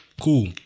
cool